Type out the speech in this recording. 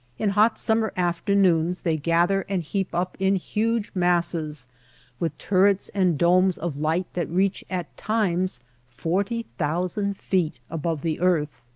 in hot summer afternoons they gather and heap up in huge masses with turrets and domes of light that reach at times forty thousand feet above the earth.